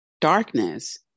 Darkness